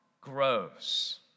grows